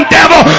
devil